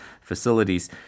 facilities